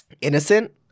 innocent